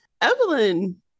Evelyn